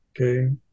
okay